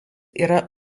yra